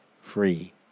free